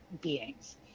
beings